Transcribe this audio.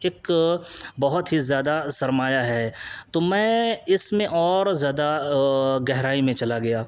ایک بہت ہی زیادہ سرمایہ ہے تو میں اس میں اور زیادہ گہرائی میں چلا گیا